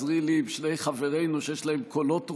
שיש להם קולות רועמים.